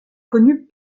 connu